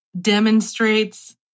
demonstrates